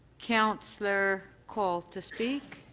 councillor colle to speak.